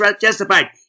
justified